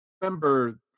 remember